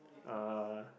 uh